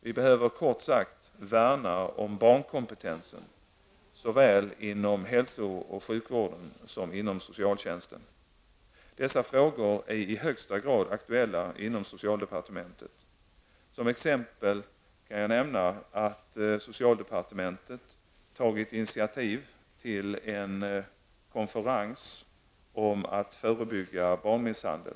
Vi behöver kort sagt värna om barnkompetensen såväl inom hälso och sjukvården som inom socialtjänsten. Dessa frågor är i högsta grad aktuella inom socialdepartementet. Som exempel kan jag nämna att socialdepartementet tagit initiativ till en konferens om att förebygga barnmisshandel.